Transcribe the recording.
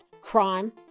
crime